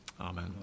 Amen